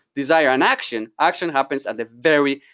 desire and action, action happens at the very,